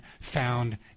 found